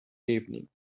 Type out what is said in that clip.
evening